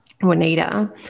Juanita